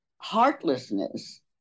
Heartlessness